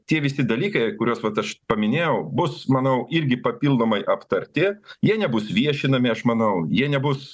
tie visi dalykai kuriuos vat aš paminėjau bus manau irgi papildomai aptarti jie nebus viešinami aš manau jie nebus